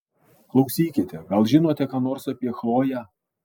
klausykite gal žinote ką nors apie chloję